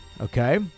okay